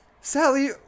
Sally